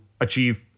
achieve